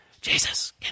Jesus